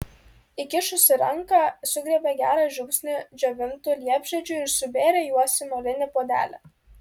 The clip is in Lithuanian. įkišusi ranką sugriebė gerą žiupsnį džiovintų liepžiedžių ir subėrė juos į molinį puodelį